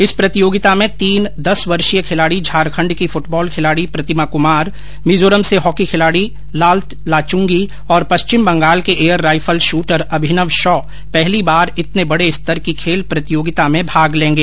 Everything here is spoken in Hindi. इस प्रतियोगिता में तीन दस वर्षीय खिलाड़ी झारखंड की फुटबाल खिलाड़ी प्रतिमा कुमार मिजोरम से हॉकी खिलाड़ी मिजोरम से लाल्त लांचुगी और पश्चिम बंगाल के air rifle shooter Abhinav Shaw पहली बार इतने बड़े स्तर की खेल प्रतियोगिता में भाग लेंगे